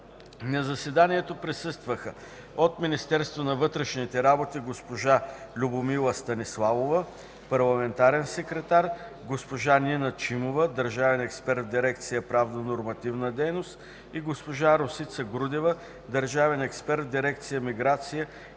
На заседанието присъстваха: от Министерство на вътрешните работи – госпожа Любомила Станиславова – парламентарен секретар, госпожа Нина Чимова – държавен експерт в дирекция „Правно-нормативна дейност”, и госпожа Росица Грудева – държавен експерт в дирекция „Миграция”